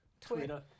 Twitter